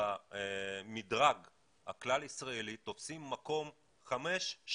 במדרג הכלל ישראלי תופסים מקום חמש,